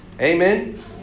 Amen